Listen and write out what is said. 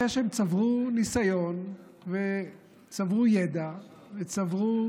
אחרי שהם צברו ניסיון וצברו ידע וצברו